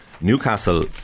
Newcastle